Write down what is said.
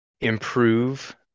improve